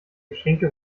geschenke